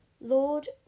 Lord